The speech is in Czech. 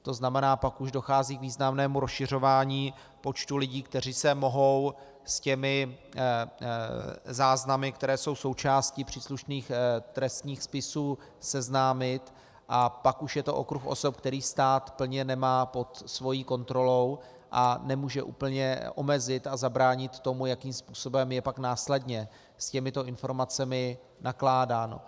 To znamená, pak už dochází k významnému rozšiřování počtu lidí, kteří se mohou se záznamy, které jsou součástí příslušných trestních spisů, seznámit, a pak už je to okruh osob, který stát plně nemá pod svou kontrolou a nemůže úplně omezit a zabránit tomu, jakým způsobem je pak následně s těmito informacemi nakládáno.